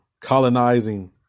colonizing